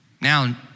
Now